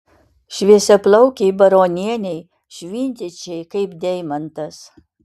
šviesiaplaukei baronienei švytinčiai kaip deimantas